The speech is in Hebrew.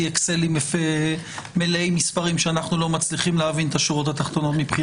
אקסלים מלאי מספרים שאנחנו לא מצליחים להבין את השורות התחתונות שלהם.